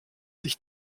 sich